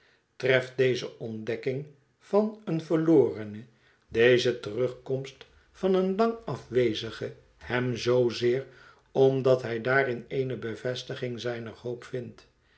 treft deze ontdekking van een verlorene deze terugkomst van een lang afwezige hem zoozeer omdat hij daarin eene bevestiging zijner hoop vindt